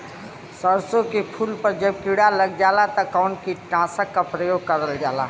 सरसो के फूल पर जब किड़ा लग जाला त कवन कीटनाशक क प्रयोग करल जाला?